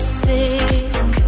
sick